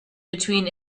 between